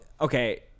okay